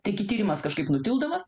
taigi tyrimas kažkaip nutildomas